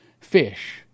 fish